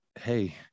hey